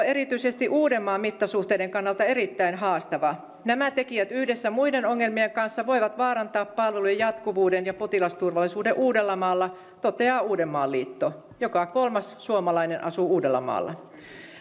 erityisesti uudenmaan mittasuhteiden kannalta erittäin haastava nämä tekijät yhdessä muiden ongelmien kanssa voivat vaarantaa palvelujen jatkuvuuden ja potilasturvallisuuden uudellamaalla toteaa uudenmaan liitto joka kolmas suomalainen asuu uudellamaalla